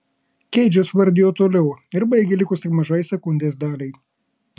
keidžas vardijo toliau ir baigė likus tik mažai sekundės daliai